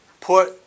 put